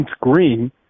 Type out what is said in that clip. Green